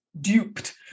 duped